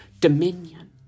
dominion